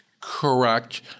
Correct